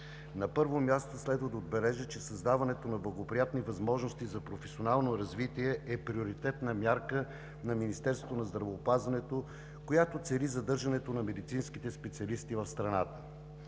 на първо място следва да отбележа, че създаването на благоприятни възможности за професионално развитие е приоритетна мярка на Министерството на здравеопазването, която цели задържането на медицинските специалисти в страната.